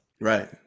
Right